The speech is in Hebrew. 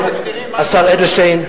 השר אדלשטיין,